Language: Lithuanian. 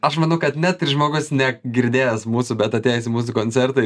aš manau kad net ir žmogus ne girdėjęs mūsų bet atėjęs į mūsų koncertą